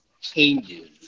changes